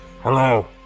Hello